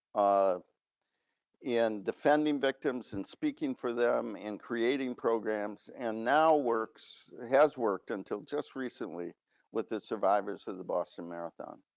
in defending victims and speaking for them and creating programs and now works, has worked until just recently with the survivors of the boston marathon.